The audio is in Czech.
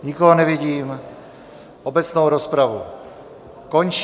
Nikoho nevidím, obecnou rozpravu končím.